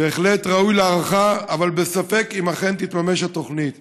בהחלט ראוי להערכה, אבל ספק אם אכן תתממש התוכנית.